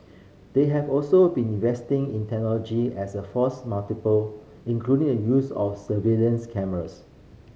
they have also been investing in technology as a force multiple including the use of surveillance cameras